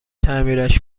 تعمیرش